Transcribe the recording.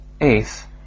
Eighth